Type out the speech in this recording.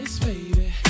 baby